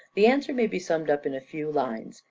the answer may be summed up in a few lines.